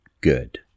Good